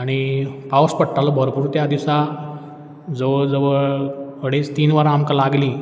आनी पावस पडटालो भरपूर त्या दिसा जवळ जवळ अडेज तीन वरां आमकां लागलीं